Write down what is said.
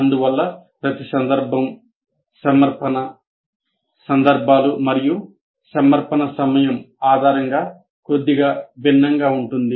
అందువల్ల ప్రతి సందర్భం సమర్పణ సందర్భాలు మరియు సమర్పణ సమయం ఆధారంగా కొద్దిగా భిన్నంగా ఉంటుంది